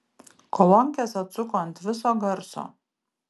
kolonkes atsuko ant viso garso